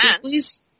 please